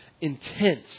intense